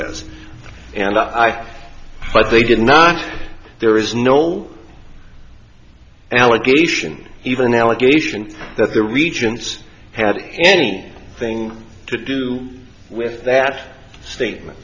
says and i but they did not there is no allegation even allegation that the regents had any thing to do with that statement